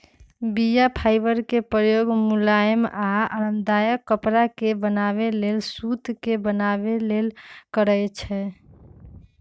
बीया फाइबर के प्रयोग मुलायम आऽ आरामदायक कपरा के बनाबे लेल सुत के बनाबे लेल करै छइ